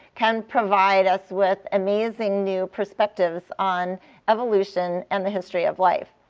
can provide us with amazing new perspectives on evolution and the history of life.